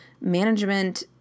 management